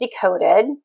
Decoded